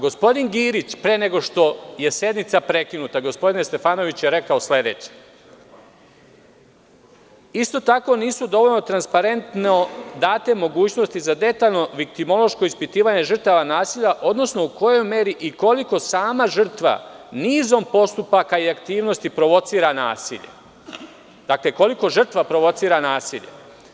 Gospodin Girić, pre nego što je sednica prekinuta, gospodine Stefanoviću, je rekao sledeće – isto tako nisu dovoljno transparentno date mogućnosti za detaljno viktimološko ispitivanje žrtava nasilja, odnosno u kojoj meri i koliko sama žrtva nizom postupaka i aktivnosti provocira nasilje, dakle, koliko žrtva provocira nasilje.